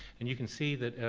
and you can see that